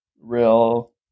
real